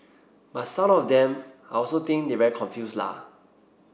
but some of them I also think they very confuse la